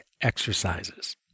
exercises